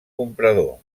comprador